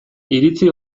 iritzi